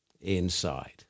inside